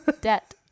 Debt